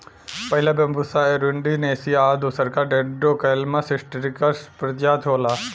पहिला Bambusa arundinacea आ दूसरका डेन्ड्रोकैलामस स्ट्रीक्ट्स प्रजाति होला